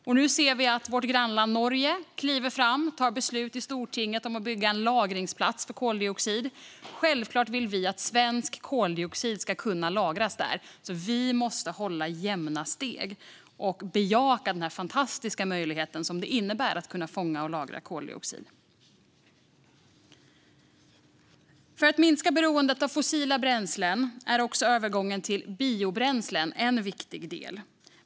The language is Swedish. När vi nu ser att vårt grannland Norge kliver fram och tar beslut i stortinget om att bygga en lagringsplats för koldioxid vill vi självklart att svensk koldioxid ska kunna lagras där. Vi måste hålla jämna steg och bejaka den fantastiska möjlighet som det innebär att kunna fånga och lagra koldioxid. För att minska beroendet av fossila bränslen är också övergången till biobränslen en viktig del.